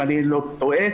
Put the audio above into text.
אם אני לא טועה.